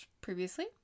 previously